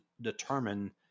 determine